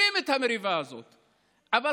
את המריבה הזאת מעצימים,